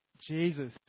Jesus